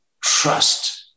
Trust